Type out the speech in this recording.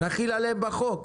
נחיל עליהם בחוק.